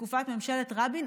בתקופת ממשלת רבין,